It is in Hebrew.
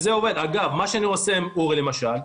קשה מאוד להפנים את הדבר הזה,